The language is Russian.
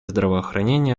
здравоохранения